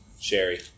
Sherry